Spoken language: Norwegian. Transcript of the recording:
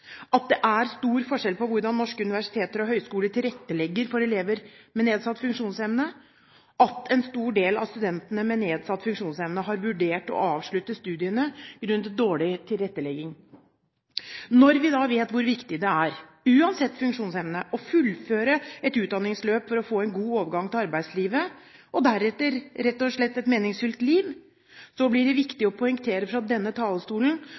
køen det er stor forskjell på hvordan norske universiteter og høyskoler tilrettelegger for elever med nedsatt funksjonsevne en stor del av studentene med nedsatt funksjonsevne har vurdert å avslutte studiene grunnet dårlig tilrettelegging. Når vi da vet hvor viktig det er – uansett funksjonsevne – å fullføre et utdanningsløp for å få en god overgang til arbeidslivet og deretter rett og slett et meningsfylt liv, blir det viktig å poengtere fra denne talerstolen